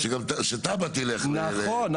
שגם תב"ע תלך --- נכון.